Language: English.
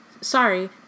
Sorry